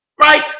right